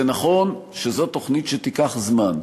נכון שזו תוכנית שתיקח זמן.